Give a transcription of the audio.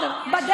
בסדר, עדיין לא.